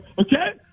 Okay